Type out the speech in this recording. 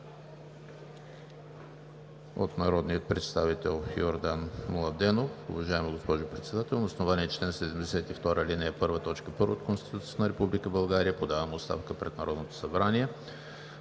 От народния представител Йордан Младенов: „Уважаема госпожо Председател, на основание чл. 72, ал. 1, т. 1 от Конституцията на Република България подавам оставка пред Народното събрание.“